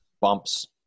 Bumps